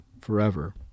forever